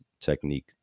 technique